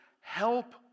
help